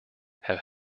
have